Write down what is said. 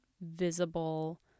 visible